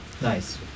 Nice